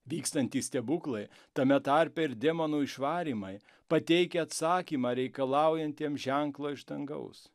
vykstantys stebuklai tame tarpe ir demonų išvarymai pateikia atsakymą reikalaujantiems ženklo iš dangaus